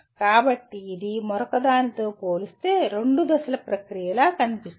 కాబట్టి ఇది మరొకదానితో పోలిస్తే రెండు దశల ప్రక్రియలా కనిపిస్తుంది